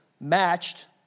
matched